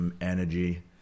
energy